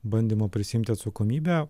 bandymo prisiimti atsakomybę